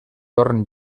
torn